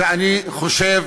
ואני חושב,